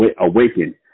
awaken